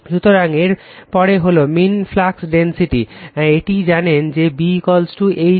সুতরাং এর পরে হলো মীন ফ্লাক্স ডেনসিটি এটা জানেন যে B H তাই কিন্তু H Fml